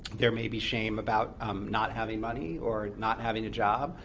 there may be shame about not having money, or not having a job.